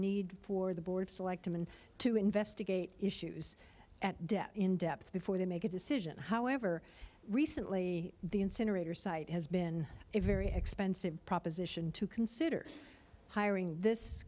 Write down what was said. need for the board of selectmen to investigate issues at depth in depth before they make a decision however recently the incinerator site has been a very expensive proposition to consider hiring this